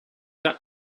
that